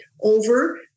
over